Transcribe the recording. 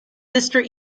sister